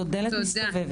זאת דלת מסתובבת.